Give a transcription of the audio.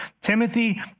Timothy